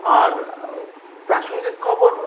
আর প্রাসঙ্গিক খবর